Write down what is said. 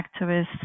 activists